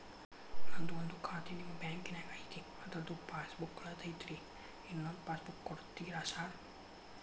ನಂದು ಒಂದು ಖಾತೆ ನಿಮ್ಮ ಬ್ಯಾಂಕಿನಾಗ್ ಐತಿ ಅದ್ರದು ಪಾಸ್ ಬುಕ್ ಕಳೆದೈತ್ರಿ ಇನ್ನೊಂದ್ ಪಾಸ್ ಬುಕ್ ಕೂಡ್ತೇರಾ ಸರ್?